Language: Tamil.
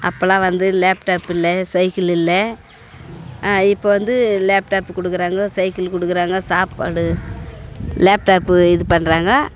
அப்போலாம் வந்து லேப்டாப் இல்லை சைக்கிள் இல்லை இப்போ வந்து லேப்டாப் கொடுக்குறாங்கோ சைக்கிள் கொடுக்குறாங்கோ சாப்பாடு லேப்டாப்பு இது பண்ணுறாங்க